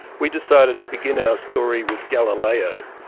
we decided to begin our story with galileo,